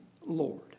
Lord